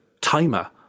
timer